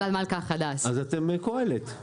אז אתם קהלת.